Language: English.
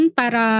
para